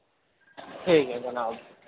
ٹھیک ہے جناب